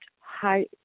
high